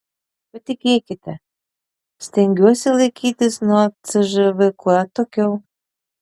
patikėkite stengiuosi laikytis nuo cžv kuo atokiau